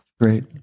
great